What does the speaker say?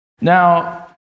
Now